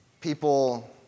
people